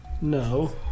No